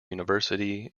university